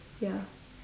ya